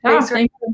Thanks